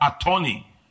attorney